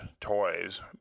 toys